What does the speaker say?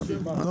אני